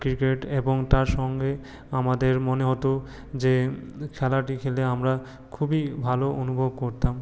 cricket এবং তার সঙ্গে আমাদের মনে হতো যে খেলাটি খেলে আমরা খুবই ভালো অনুভব করতাম